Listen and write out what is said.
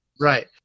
Right